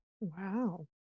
Wow